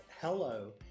hello